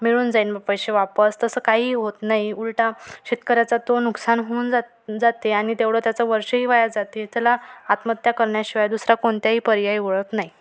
मिळून जाईन म पैसे वापस तसं काही होत नाही उलटा शेतकऱ्याचा तो नुकसान होऊन जात जाते आणि तेवढं त्याचं वर्षही वाया जाते त्याला आत्महत्या करण्याशिवाय दुसरा कोणत्याही पर्याय उरत नाही